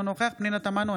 אינו נוכח פנינה תמנו,